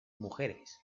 mujeres